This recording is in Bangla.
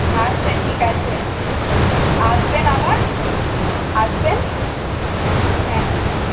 আচ্ছা ঠিক আছে আসবেন আবার আসবেন হ্যাঁ ঠিক আছে